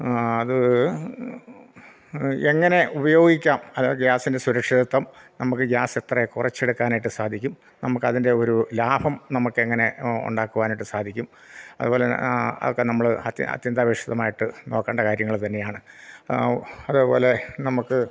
അത് എങ്ങനെ ഉപയോഗിക്കാം അത് ഗ്യാസിൻ്റെ സുരക്ഷിതത്വം നമുക്ക് ഗ്യാസ് എത്ര കുറച്ചെടുക്കാനായിട്ട് സാധിക്കും നമുക്ക് അതിൻ്റെ ഒരു ലാഭം നമുക്ക് എങ്ങനെ ഉണ്ടാക്കുവാനായിട്ട് സാധിക്കും അതുപോലെ അതൊക്കെ നമ്മൾ അത്അത്യന്താപേക്ഷിതമായിട്ട് നോക്കേണ്ട കാര്യങ്ങൾ തന്നെയാണ് അതേപോലെ നമുക്ക്